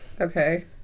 Okay